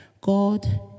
God